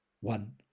One